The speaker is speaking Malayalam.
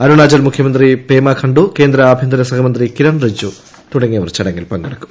അരുണാചൽ മുഖ്യമന്ത്രി പേമാ ഖണ്ഡു കേന്ദ്ര ആഭ്യന്തര സഹമന്ത്രി കിരൺ റിജിജു തുടങ്ങിയവർ ചടങ്ങിൽ പങ്കെടുക്കും